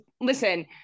listen